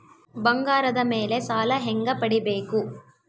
ಬಂಗಾರದ ಮೇಲೆ ಸಾಲ ಹೆಂಗ ಪಡಿಬೇಕು?